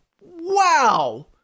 wow